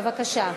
בבקשה.